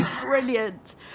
brilliant